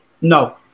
No